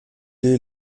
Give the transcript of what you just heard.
est